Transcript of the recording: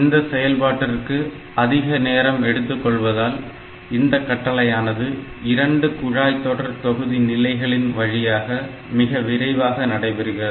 இந்த செயல்பாட்டிற்கு அதிக நேரம் எடுத்துக்கொள்வதால் இந்த கட்டளையானது 2 குழாய் தொடர் தொகுதி நிலைகளின் வழியாக மிக விரைவாக நடைபெறுகிறது